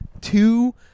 two